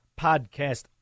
podcast